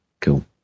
cool